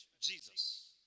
Jesus